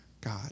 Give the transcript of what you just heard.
God